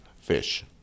fish